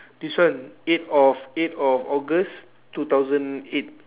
this one eight of eight of august two thousand eight